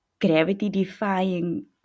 gravity-defying